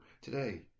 today